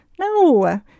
No